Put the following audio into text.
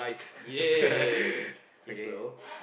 ya k so